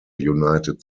united